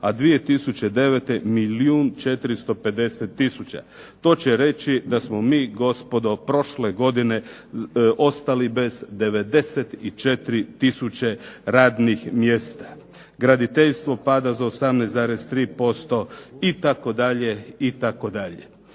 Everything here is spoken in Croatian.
a 2009. milijun 450 tisuća. To će reći da smo mi gospodo prošle godine ostali bez 94 tisuće radnih mjesta. Graditeljstvo pada za 18,3% itd., itd.